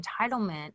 entitlement